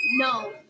No